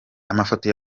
amafoto